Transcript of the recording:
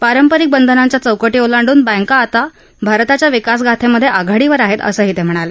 पारंपरिक बंधनांच्या चौकटी ओलांडून बँका आता भारताच्या विकासगाथेमध्ये आघाडीवर आहेत असंही नायडू म्हणाले